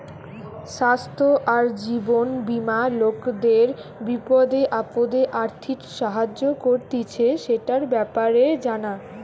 স্বাস্থ্য আর জীবন বীমা লোকদের বিপদে আপদে আর্থিক সাহায্য করতিছে, সেটার ব্যাপারে জানা